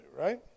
right